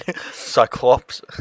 Cyclops